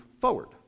forward